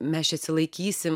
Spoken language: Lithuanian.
mes čia atsilaikysim